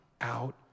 out